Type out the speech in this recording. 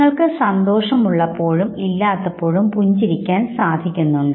നിങ്ങൾക്ക് സന്തോഷം ഉള്ളപ്പോഴും ഇല്ലാത്തപ്പോഴും പുഞ്ചിരിക്കാൻ സാധിക്കുന്നുണ്ട്